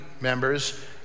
members